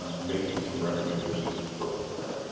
i'm making some recommendations to this going. right?